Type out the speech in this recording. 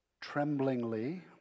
tremblingly